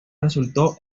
resultó